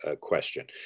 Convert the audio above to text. question